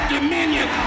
Dominion